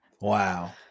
Wow